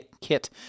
kit